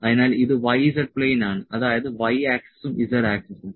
അതിനാൽ ഇത് y z plane ആണ് അതായത് y ആക്സിസും z ആക്സിസും